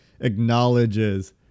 acknowledges